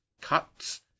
cuts